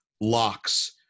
locks